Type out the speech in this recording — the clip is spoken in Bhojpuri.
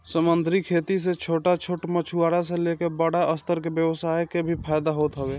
समंदरी खेती से छोट छोट मछुआरा से लेके बड़ स्तर के व्यवसाय के भी फायदा होत हवे